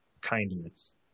kindness